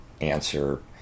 answer